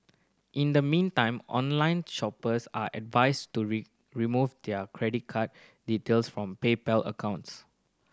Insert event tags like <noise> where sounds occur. in the meantime online shoppers are advised to <unintelligible> remove their credit card details from PayPal accounts